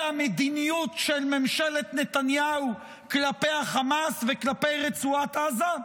המדיניות של ממשלת נתניהו כלפי החמאס וכלפי רצועת עזה?